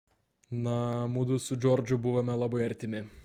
na mudu su džordžu buvome labai artimi